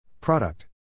Product